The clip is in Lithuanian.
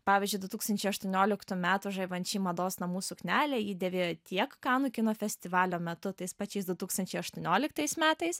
pavyzdžiui du tūkstančiai aštuonioliktų metų žaivanči mados namų suknelę ji dėvėjo tiek kanų kino festivalio metu tais pačiais du tūkstančiai aštuonioliktais metais